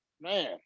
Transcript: man